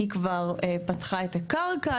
היא כבר פתחה את הקרקע,